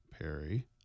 Perry